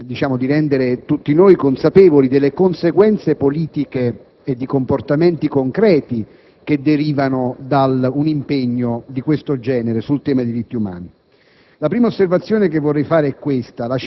ma renda tutti noi consapevoli delle conseguenze politiche e di comportamenti concreti che derivano da un impegno di questo genere sul tema dei diritti umani.